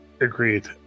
Agreed